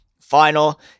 Final